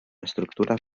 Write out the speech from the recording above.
estructura